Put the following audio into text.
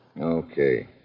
Okay